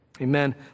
Amen